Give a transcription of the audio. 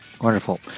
Wonderful